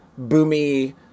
boomy